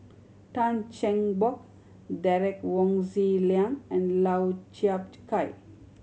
Tan Cheng Bock Derek Wong Zi Liang and Lau Chiap Khai